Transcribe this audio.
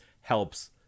helps